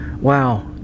Wow